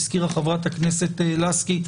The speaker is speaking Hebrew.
הזכירה חברת הכנסת לסקי,